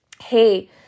Hey